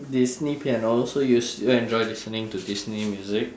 disney piano so you s~ enjoy listening to disney music